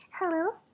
Hello